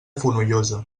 fonollosa